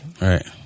right